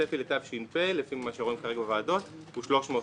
הצפי לתש"פ לפי מה שרואים כרגע בוועדות הוא 300 מיליון.